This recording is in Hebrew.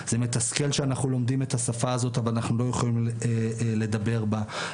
זה מתסכל שאנחנו לומדים את השפה הזאת אבל אנחנו לא יכולים לדבר בה,